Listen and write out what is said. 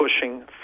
pushing